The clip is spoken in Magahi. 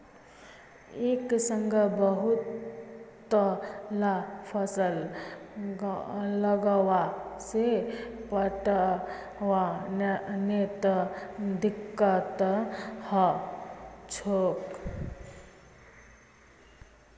एक संग बहुतला फसल लगावा से पटवनोत दिक्कत ह छेक